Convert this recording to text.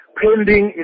pending